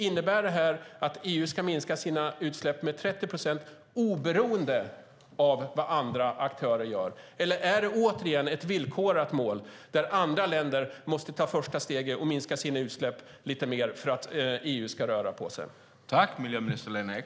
Innebär detta att EU ska minska sina utsläpp med 30 procent oberoende av vad andra aktörer gör? Eller är det återigen ett villkorat mål där andra länder måste ta första steget och minska sina utsläpp lite mer för att EU ska röra på sig?